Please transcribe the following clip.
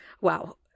Wow